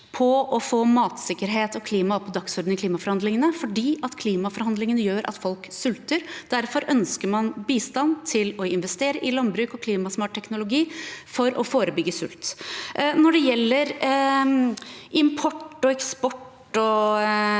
på å få matsikkerhet og klima opp på dagsorden i klimaforhandlingene, fordi klimaforandringene gjør at folk sulter. Derfor ønsker man bistand til å investere i landbruk og klimasmart teknologi for å forebygge sult. Når det gjelder import og eksport